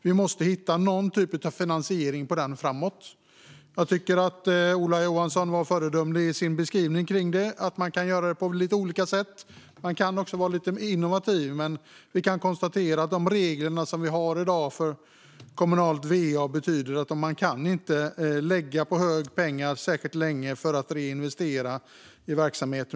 Vi måste hitta någon typ av finansiering för detta framöver. Jag tycker att Ola Johansson var föredömlig i sin beskrivning av att detta kan göras på lite olika sätt. Man kan också vara lite innovativ, men vi kan konstatera att de regler som vi har i dag för kommunalt va betyder att man inte kan lägga pengar på hög särskilt länge för att reinvestera i verksamheten.